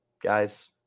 Guys